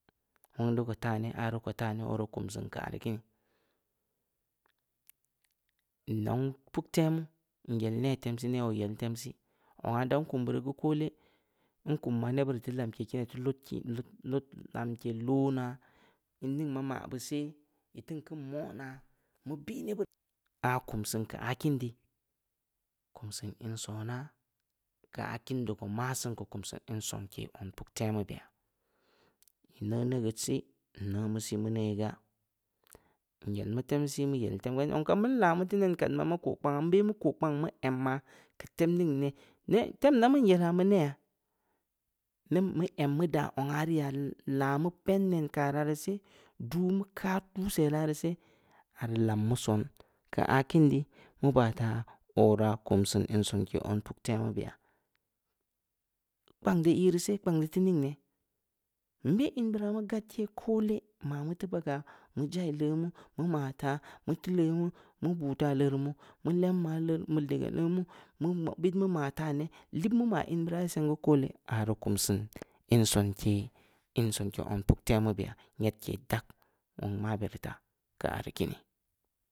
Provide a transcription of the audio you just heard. Wong dii ko taa neh, aah rii ko taa neh, oo rii kum seun keu aah rii kiini, zong puktemu, nyel neh tem sii, neh oo yeln tem sii, zong aah nda kum beurii geu koole, nkum yaa, neb beud ii teu lamke kiinaa, ii teu lod- lod lamke loonaa, ningmaa maa beu seh, ii teun keun moonaa, mu beh neb beud, keu aah kiin dii, kum seun in sonaa, keu aah kin dii ko, maa seun geu, kum seun in sonke zong puktemu beyaa, ii neu neugeud sii, meu sii, meu neun gaa, nyal mu tem sii mu yel tem gaa, zong kam beud nlaa mu teu nen kaad maa. mu ko kpangha, nbeh mu koo kpang mu em yaa, keu tem ning neh, neh, tem da meun yelaa, mu neyha, nem em mu daa zong aah ye rii ya, laa mu kaa nen karaa yerii seh, duu mu kaa dduusel aah yerii seh, aah rii lammu son, keu aah kiin dii, mu baa taa, oo raa kum seun in sonke zong puktemu beya, kpang dii iirii seh, kpang di teu ning neh, nbeh in beuraa mu gaad ye koole, maa mu teu bagaah, meu jai leumu, mu maa taa, mu te leumu, meu buu taa, leureu muu, meu lem yaa dii gaa leumu, bit mu maa taa, bit meu maa taa neh, liib mu maa in beuraa ye, seng geu koole. aah rii kum seun in sonke-insonke zong puktemu beya, nyedke sag, wong mabe rii taa, keu aaah ii kiini,